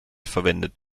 verwendet